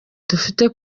dufite